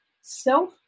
Self